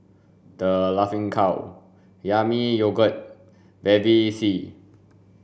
The Laughing Cow Yami Yogurt Bevy C